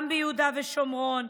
גם ביהודה ושומרון.